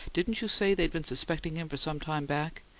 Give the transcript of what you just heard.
didn't you say they'd been suspecting him for some time back?